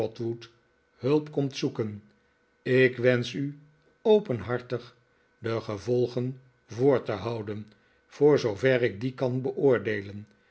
hulp komt zoeken ik wensch u openhartig de gevolgen voor te houden voor zoover ik die kan beoordeelen